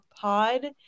Pod